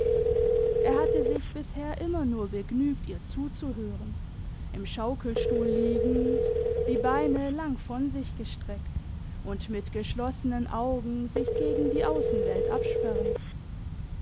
er hatte sich bisher immer nur begnügt ihr zuzuhören im schaukelstuhl liegend die beine lang von sich gestreckt und mit geschlossenen augen sich gegen die aussenwelt absperrend